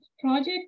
project